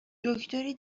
دکتری